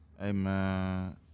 Amen